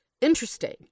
interesting